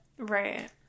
Right